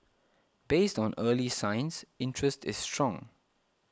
based on early signs interest is strong